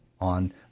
on